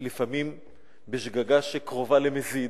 לפעמים בשגגה שקרובה למזיד,